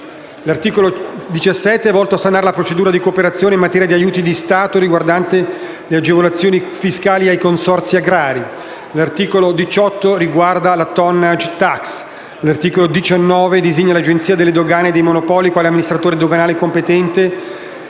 L'articolo 17 è volto a sanare la procedura di cooperazione in materia di aiuti di Stato riguardante le agevolazioni fiscali ai consorzi agrari. L'articolo 18 riguarda la cosiddetta *tonnage tax*. L'articolo 19 designa l'Agenzia delle dogane e dei monopoli quale amministrazione doganale competente,